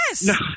yes